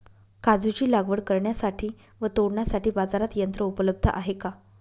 काजूची लागवड करण्यासाठी व तोडण्यासाठी बाजारात यंत्र उपलब्ध आहे का?